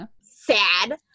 sad